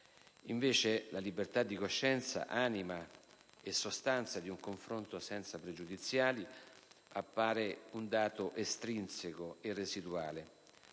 Invece, la libertà di coscienza, anima e sostanza di un confronto senza pregiudiziali, appare un dato estrinseco e residuale.